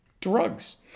drugs